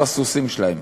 אנחנו הסוסים שלהם,